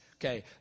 Okay